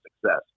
success